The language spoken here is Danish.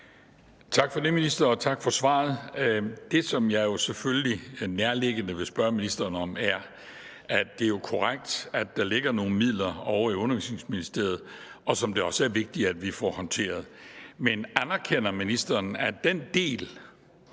Tak for det, minister, tak for svaret. Det, som det selvfølgelig er nærliggende at spørge ministeren om, er, at det jo er korrekt, at der ligger nogle midler ovre i Undervisningsministeriet, som det også er vigtigt at vi får håndteret. Men anerkender ministeren, at den del,